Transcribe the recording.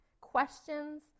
questions